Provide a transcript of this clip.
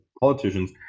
politicians